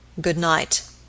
Good-night